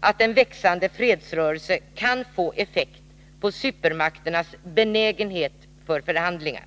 att en växande fredsrörelse kan få effekt på supermakternas benägenhet för förhandlingar.